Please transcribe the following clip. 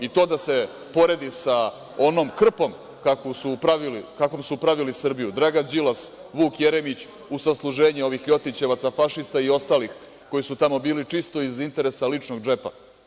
I to da se poredi sa onom krpom kakvom su pravili Srbiju Dragan Đilas, Vuk Jeremić u sasluženju ovih ljotićevaca, fašista i ostalih koji su tamo bili čisto iz interesa ličnog džepa.